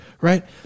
Right